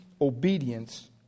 obedience